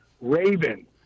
Raven